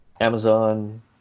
Amazon